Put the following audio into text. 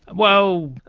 well,